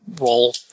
roll